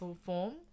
form